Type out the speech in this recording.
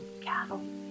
cattle